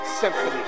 symphony